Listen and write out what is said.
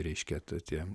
reiškia tu tiem